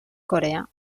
corea